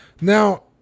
Now